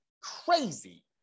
crazy